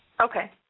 Okay